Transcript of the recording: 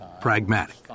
pragmatic